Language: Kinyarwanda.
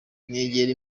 negera